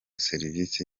service